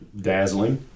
dazzling